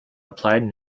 applied